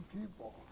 people